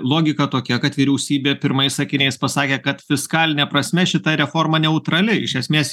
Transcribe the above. logika tokia kad vyriausybė pirmais sakiniais pasakė kad fiskaline prasme šita reforma neutrali iš esmės